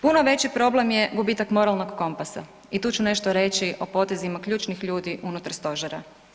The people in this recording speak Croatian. Puno veći problem je gubitak moralnog kompasa i tu ću nešto reći o potezima ključnih ljudi unutar stožera.